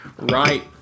Right